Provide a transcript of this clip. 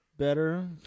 better